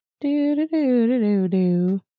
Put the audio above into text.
Do-do-do-do-do-do